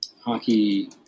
hockey